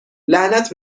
لعنت